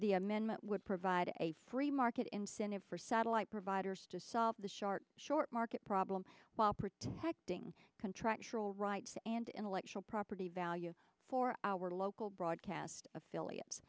the amendment would provide a free market incentive for satellite providers to solve the shark short market problem while protecting contractual rights and intellectual property value for our local broadcast affiliates